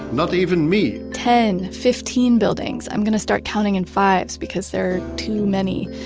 not even me ten, fifteen buildings. i'm going to start counting in fives because they're too many.